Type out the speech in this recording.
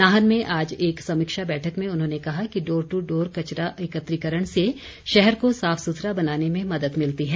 नाहन में आज एक समीक्षा बैठक में उन्होंने कहा कि डोर ट्र डोर कचरा एकत्रीकरण से शहर को साफ सुथरा बनाने में मदद मिलती है